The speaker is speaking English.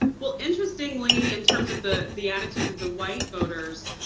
well, interestingly, in terms of the the attitudes of the white voters,